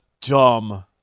dumb